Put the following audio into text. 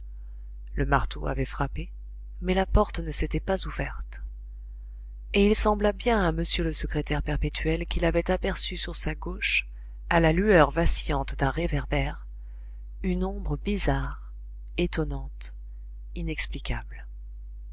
le marteau avait frappé mais la porte ne s'était pas ouverte et il sembla bien à m le secrétaire perpétuel qu'il avait aperçu sur sa gauche à la lueur vacillante d'un réverbère une ombre bizarre étonnante inexplicable